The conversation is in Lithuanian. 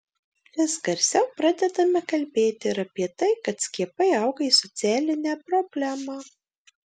vis garsiau pradedame kalbėti ir apie tai kad skiepai auga į socialinę problemą